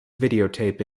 videotape